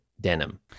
denim